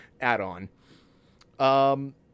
add-on